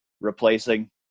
replacing